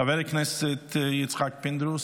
חבר הכנסת יצחק פינדרוס,